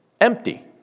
empty